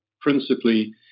principally